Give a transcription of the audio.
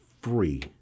free